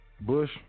Bush